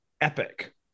epic